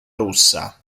russa